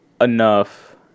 enough